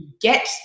get